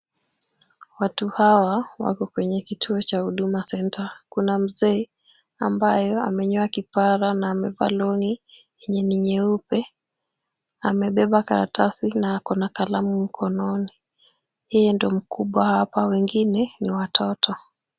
Watu hawa wako kwenye kituo cha huduma center . Kuna mzee ambayo amenyoa kipara na amevaa long'i yenye ni nyeupe. Amebeba karatasi na ako na kalamu mkononi. Yeye ndiye mkubwa hapa wengine ni watoto.